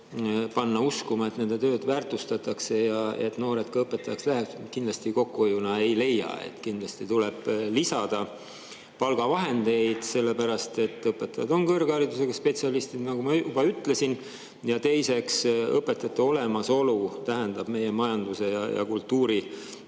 panna uskuma, et nende tööd väärtustatakse, ja et noored õpetajaks läheks – kokkuhoiuna kindlasti ei leia. Kindlasti tuleb lisada palgavahendeid, sellepärast et õpetajad on kõrgharidusega spetsialistid, nagu ma juba ütlesin. Ja teiseks, õpetajate olemasolu tähendab meie majanduse ja kultuuri